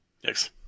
Yes